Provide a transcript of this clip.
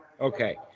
Okay